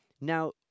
Now